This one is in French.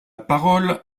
parole